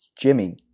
Jimmy